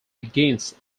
begins